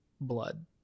blood